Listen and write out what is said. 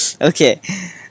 okay